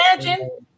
imagine